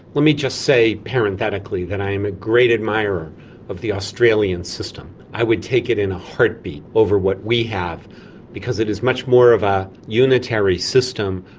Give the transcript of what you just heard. let me just say parenthetically that i am a great admirer of the australian system. i would take it in a heartbeat over what we have because it is much more of a unitary system,